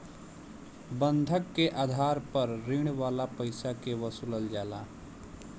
बंधक के आधार पर ऋण वाला पईसा के वसूलल जाला